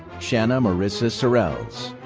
shanna morissa sorrells.